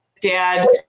dad